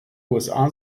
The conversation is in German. usa